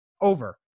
Over